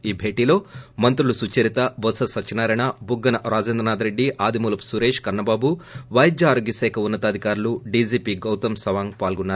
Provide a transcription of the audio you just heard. ఈ భేటీలో మంత్రులు సుచరిత బొత్స సత్యనారాయణ బుగ్గన రాజేంద్రనాథ్ ఆదిమూలపు సురేష్ కన్నబాబు వైద్యారోగ్యశాఖ ఉన్న తాధికారులు డీజీపీ గౌతమ్ సవాంగ్ పాల్గొన్నారు